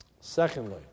Secondly